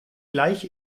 gleich